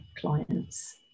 clients